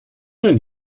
denn